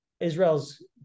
Israel's